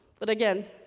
but again,